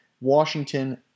Washington